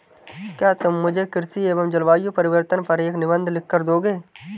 क्या तुम मुझे कृषि एवं जलवायु परिवर्तन पर एक निबंध लिखकर दोगे?